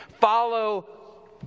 Follow